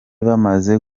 bamaze